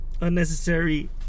unnecessary